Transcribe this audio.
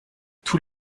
tous